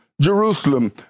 Jerusalem